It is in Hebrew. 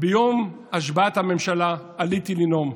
ביום השבעת הממשלה עליתי לנאום,